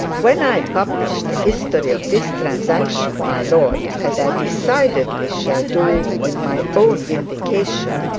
when i publish the history of this transaction, my lord, as i decidedly shall do in my own vindication,